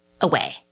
away